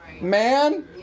man